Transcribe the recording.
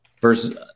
versus